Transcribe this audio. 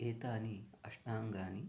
एतानि अष्टाङ्गानि